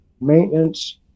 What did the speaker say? maintenance